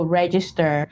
register